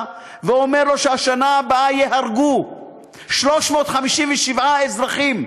ואומר לו שבשנה הבאה ייהרגו 357 אזרחים